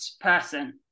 person